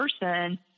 person